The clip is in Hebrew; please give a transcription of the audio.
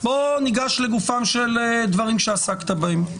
בוא ניגש לגופם של דברים שעסקת בהם.